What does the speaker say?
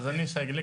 אז אני שי גליק.